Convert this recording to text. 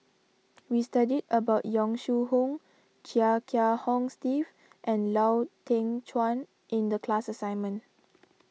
we studied about Yong Shu Hoong Chia Kiah Hong Steve and Lau Teng Chuan in the class assignment